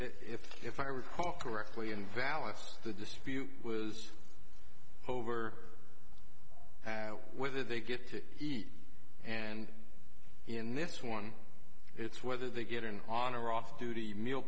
if if i recall correctly invalidates the dispute was over whether they get to eat and in this one it's whether they get in on or off duty meal